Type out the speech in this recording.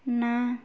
ନା